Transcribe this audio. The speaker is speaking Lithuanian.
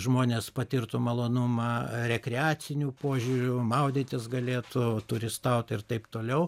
žmonės patirtų malonumą rekreaciniu požiūriu maudytis galėtų turistaut ir taip toliau